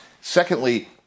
Secondly